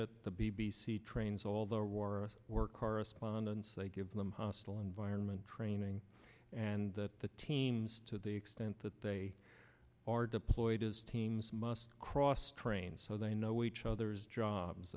it the b b c trains all their war work correspondents they give them hostile environment training and that the teams to the extent that they are deployed as teams must cross train so they know each other's jobs